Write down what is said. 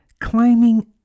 climbing